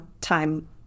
time